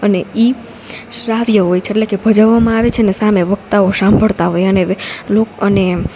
અને એ શ્રાવ્ય હોય છે એટલે કે ભજવવામાં આવે છે ને સામે વક્તાઓ સાંભળતા હોય અને લોક અને